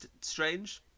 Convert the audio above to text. strange